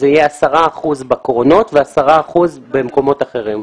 זה יהיה 10 אחוזים בקרונות ו-10 אחוזים במקומות אחרים.